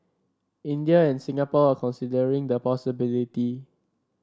India and Singapore are considering the possibility